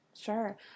Sure